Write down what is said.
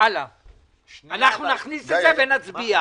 אנחנו נכניס את זה ונצביע.